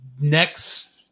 Next